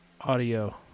audio